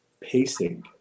pacing